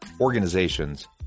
organizations